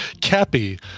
Cappy